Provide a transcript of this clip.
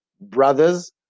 brothers